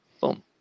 boom